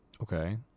Okay